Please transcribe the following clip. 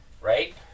right